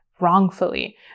wrongfully